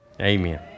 Amen